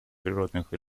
природных